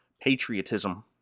patriotism